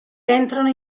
entrano